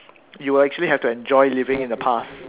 you will actually have to enjoy living in the past